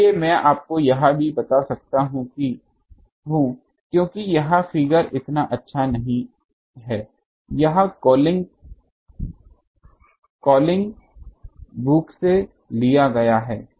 इसलिए मैं आपको यह भी बता सकता हूं क्योंकि यह फिगर इतना अच्छा नहीं है यह Collins बुक से लिया गया है